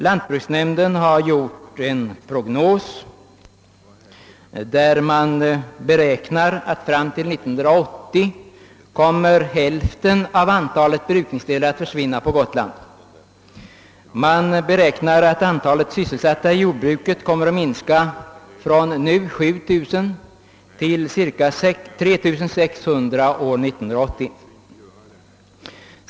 Lantbruksnämnden har gjort en prognos, enligt vilken det beräknas att fram till 1980 hälften av brukningsdelarna på Gotland försvinner. Antalet sysselsatta inom jordbruket beräknas komma att minska från 7000 nu till cirka 3 600 år 1980.